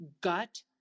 gut